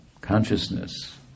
consciousness